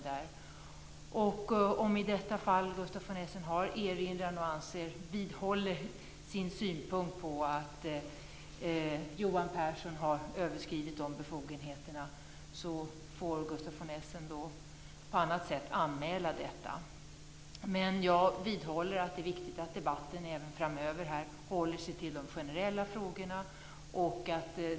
Om Gustaf von Essen i detta fall har erinran och vidhåller sin synpunkt att Johan Pehrson har överskridit de befogenheterna får Gustaf von Essen på annat sätt anmäla detta. Jag vidhåller att det är viktigt att debatten även framöver håller sig till de generella frågorna.